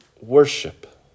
worship